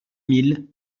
mille